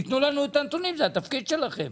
תנו לנו את הנתונים, זה התפקיד שלכם.